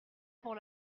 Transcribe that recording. pour